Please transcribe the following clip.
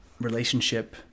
relationship